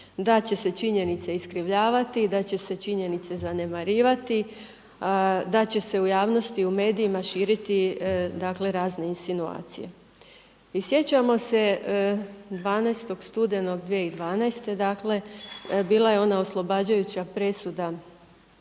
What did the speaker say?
Da će se činjenice iskrivljavati, da će se činjenice zanemarivati, da će se u javnosti i u medijima širiti dakle razne insinuacije. I sjećamo se 12. studenog 2012., dakle bila je ona oslobađajuća presuda,